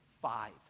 five